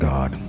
God